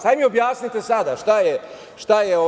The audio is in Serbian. Hajde mi objasnite sada šta je ovo.